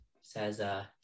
says